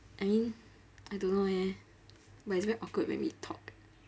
I mean I don't know eh but it's very awkward when we talk